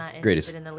Greatest